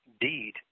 deed